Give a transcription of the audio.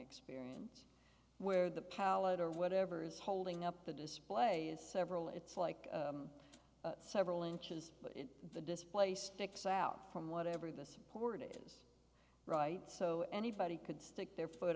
experience where the pilot or whatever is holding up the display is several it's like several inches but the display sticks out from whatever the supported is right so anybody could stick their